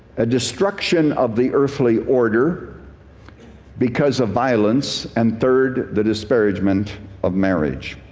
a destruction of the earthly order because of violence, and third, the disparagement of marriage.